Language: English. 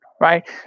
right